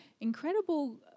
incredible